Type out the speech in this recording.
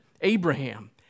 Abraham